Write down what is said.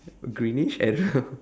greenish I don't know